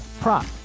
prop